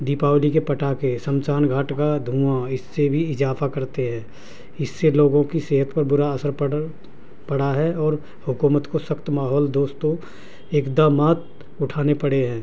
دیپاولی کے پٹاخے شمشمان گھاٹ کا دھواں اس سے بھی اضافہ کرتے ہیں اس سے لوگوں کی صحت پر برا اثر پڑ پڑا ہے اور حکومت کو سخت ماحول دوستوں اقدامات اٹھانے پڑے ہیں